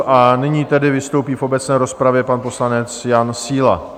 A nyní tedy vystoupí v obecné rozpravě pan poslanec Jan Síla.